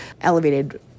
elevated